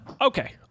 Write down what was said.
Okay